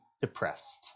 depressed